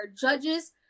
judges